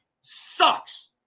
sucks